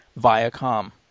Viacom